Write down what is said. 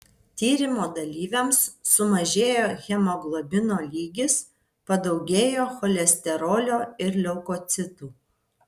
tyrimo dalyviams sumažėjo hemoglobino lygis padaugėjo cholesterolio ir leukocitų